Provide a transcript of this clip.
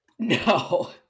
No